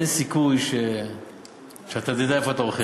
אין סיכוי שאתה תדע איפה אתה אוחז.